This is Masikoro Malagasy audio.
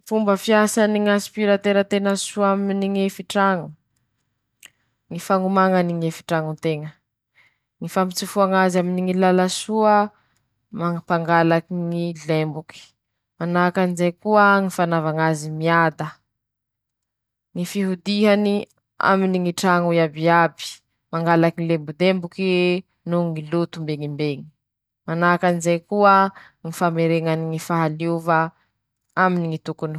Ñy fomba fipasoha patalo<ptoa>, ho an'izay mana fera courant, atao añabo …asia siky tse ñy añabo latabatsy eo, lafa vita zay<ptoa>, atao añabony eo patalo oñe, pasoho soa amizay mañaraky sisiny iñy, vit'eñe laha tsy mana fera fipasoha courant, ala ñy fera amy saribon reñy atao manahaky anizay avao koa la vita, la milamy so'ey.